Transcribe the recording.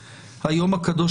התיבה?